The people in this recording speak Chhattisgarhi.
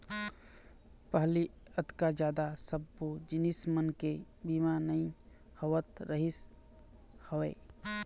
पहिली अतका जादा सब्बो जिनिस मन के बीमा नइ होवत रिहिस हवय